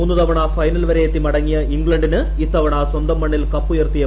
മൂന്നുതവണ ഫൈനൽ വരെയെത്തി മടങ്ങിയ ഇംഗ്ലണ്ടിന് ഇത്തവണ സ്വന്തം മണ്ണിൽ കപ്പുയർത്തിയേ മതിയാവൂ